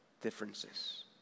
differences